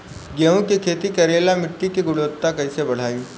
गेहूं के खेती करेला मिट्टी के गुणवत्ता कैसे बढ़ाई?